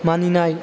मानिनाय